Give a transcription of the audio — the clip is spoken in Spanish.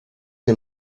que